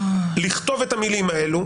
לכתוב את המילים האלה,